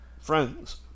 friends